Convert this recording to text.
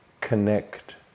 connect